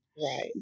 Right